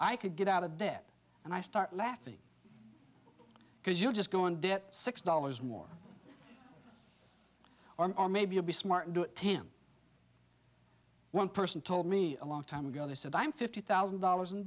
i could get out of debt and i start laughing because you just go in debt six dollars more are maybe you'll be smart do it tim one person told me a long time ago they said i'm fifty thousand dollars in